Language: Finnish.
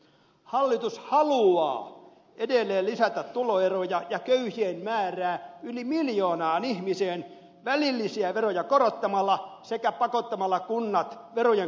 hallitus haluaa edelleen lisätä tuloeroja ja köyhien määrää yli miljoonaan ihmiseen välillisiä veroja korottamalla sekä pakottamalla kunnat verojen korotuksiin